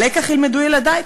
מה לקח ילמדו ילדי?